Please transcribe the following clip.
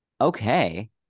Okay